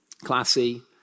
classy